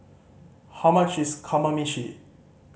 how much is Kamameshi